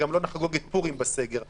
החליטה ללכת לסגר שני,